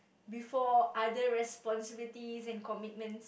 before other responsibilities and commitments